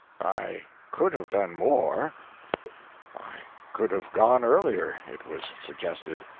i could have done more i could have gone earlier it was suggested.